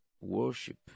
worship